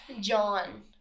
John